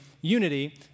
unity